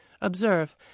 Observe